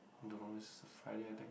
don't know it's a Friday I think